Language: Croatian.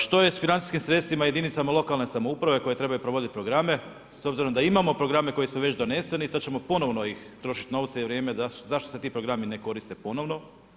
Što je s financijskim sredstvima jedinicama lokalne samouprave koji trebaju provoditi programe, s obzirom da imamo programe koji su već doneseni i sada ćemo ponovno trošiti novce i vrijeme, zašto se ti programi ne koriste ponovno?